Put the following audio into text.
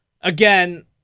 again